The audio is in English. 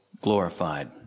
glorified